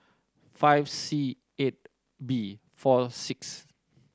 five C eight B four six